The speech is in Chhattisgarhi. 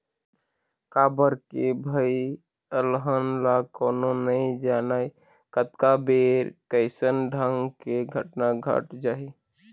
काबर के भई अलहन ल कोनो नइ जानय कतका बेर कइसन ढंग के घटना घट जाही